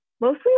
mostly